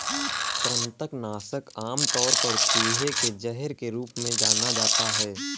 कृंतक नाशक आमतौर पर चूहे के जहर के रूप में जाना जाता है